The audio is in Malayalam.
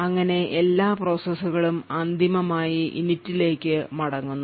അങ്ങനെ എല്ലാ processകളും അന്തിമമായി Init ലേക്ക് മടങ്ങുന്നു